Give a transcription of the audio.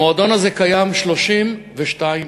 המועדון הזה קיים 32 שנה